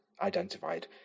identified